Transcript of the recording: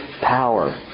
power